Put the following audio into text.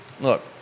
look